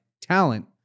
talent